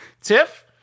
Tiff